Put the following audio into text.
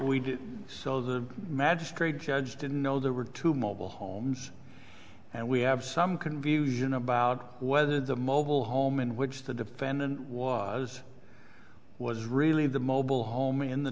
do so the magistrate judge didn't know there were two mobile homes and we have some confusion about whether the mobile home in which the defendant was was really the mobile home in the